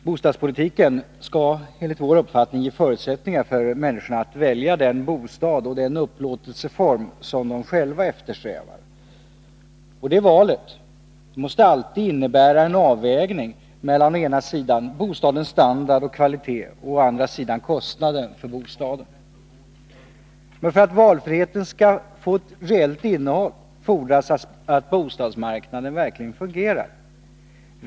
Herr talman! Enligt moderaternas uppfattning skall bostadspolitiken ge förutsättningar för människor att välja den bostad och den upplåtelseform som de själva eftersträvar. Detta val måste alltid innebära en avvägning mellan å ena sidan bostadens standard och kvalitet och å andra sidan kostnaden för bostaden. För att valfriheten skall ges reellt innehåll fordras att bostadsmarknaden verkligen fungerar.